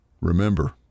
Remember